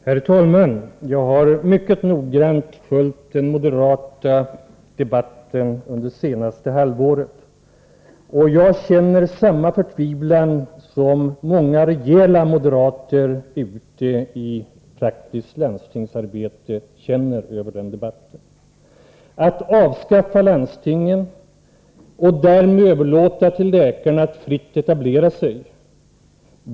Herr talman! Jag har mycket noggrant följt den moderata debatten under det senaste halvåret, och jag känner samma förtvivlan som många rejäla moderater ute i praktiskt landstingsarbete. Inom centerpartiet vet vi vart det leder, om man avskaffar landstingen och därmed överlåter till läkarna att fritt etablera sig.